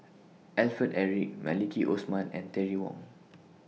Alfred Eric Maliki Osman and Terry Wong